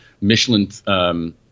Michelin